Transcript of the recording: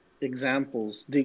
examples